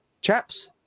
chaps